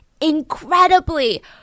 incredibly